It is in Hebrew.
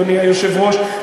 אדוני היושב-ראש,